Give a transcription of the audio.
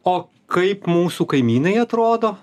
o kaip mūsų kaimynai atrodo